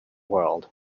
world